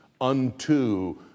unto